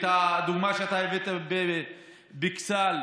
והדוגמה שאתה הבאת מאכסאל,